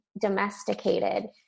domesticated